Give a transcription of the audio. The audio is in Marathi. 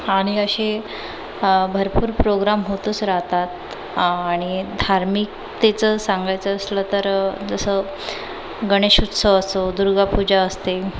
आणि असे भरपूर प्रोग्राम होतच राहतात आणि धार्मिकतेचं सांगायचं असलं तर जसं गणेशउत्सव असो दुर्गापूजा असते